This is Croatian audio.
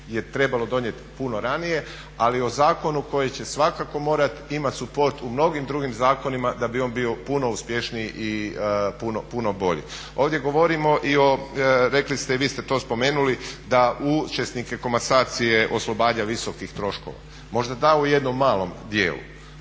trebalo donijet puno ranije, ali i o zakonu koji će svakako morat imat suport u mnogim drugim zakonima da bi on bio puno uspješniji i puno bolji. Ovdje govorimo i o, rekli ste i vi ste to spomenuli da učesnike komasacije oslobađa visokih troškova. Možda da u jednom malom dijelu,